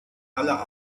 aller